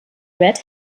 red